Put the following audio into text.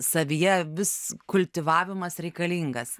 savyje vis kultivavimas reikalingas